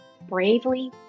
bravely